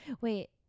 Wait